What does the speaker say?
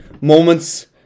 moments